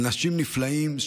אנשים נפלאים,